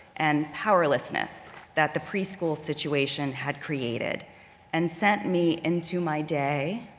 and powerlessness that the preschool situation had created and sent me into my day,